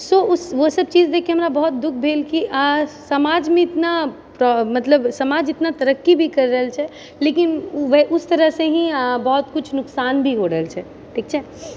सो वो सब चीज देखिके हमरा बहुत दुःख भेल कि समाजमे इतना समाज इतना तरक्की भी कए रहल छै लेकिन उस तरहसँ ही बहुत किछु नुकसान भी हो रहल छै ठीक छै